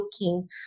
looking